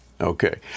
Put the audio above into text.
Okay